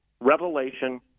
revelation